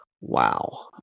Wow